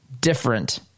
different